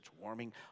warming